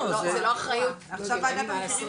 זה לא אחריות שלנו, אין לי מה לעשות עם זה.